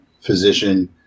physician